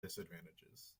disadvantages